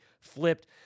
flipped